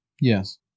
Yes